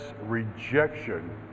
rejection